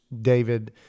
David